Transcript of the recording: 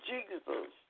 Jesus